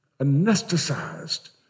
Anesthetized